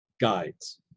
guides